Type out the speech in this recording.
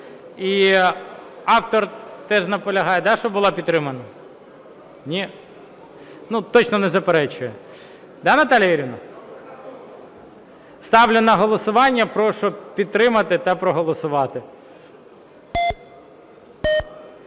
І автор теж наполягає, щоб була підтримана? Ні? Точно не заперечує. Да, Наталія Юріївна? Ставлю на голосування, прошу підтримати та проголосувати.